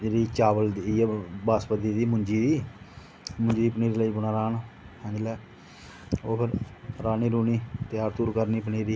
इयै चावल एह्दी बासमती मुंजी दी ही मुंजी लग्गी पौना राह्न समझी लैओ होर राह्नी ते त्यार करनी पनीरी